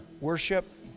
worship